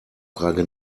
frage